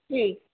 جی